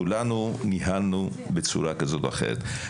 כולנו ניהלנו בצורה כזאת או אחרת.